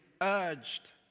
urged